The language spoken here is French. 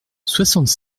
soixante